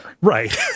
Right